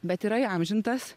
bet yra įamžintas